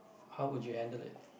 how would you handle it